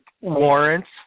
warrants